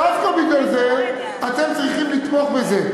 דווקא בגלל זה אתם צריכים לתמוך בזה,